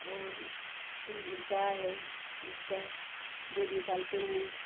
और जो गाय है उसका दूध निकालते हैं